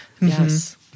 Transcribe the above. Yes